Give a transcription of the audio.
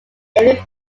every